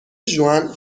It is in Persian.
ژوئن